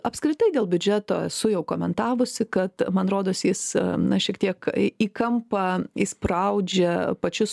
apskritai dėl biudžeto esu jau komentavusi kad man rodos jis na šiek tiek į į kampą įspraudžia pačius